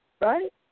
Right